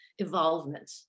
evolvement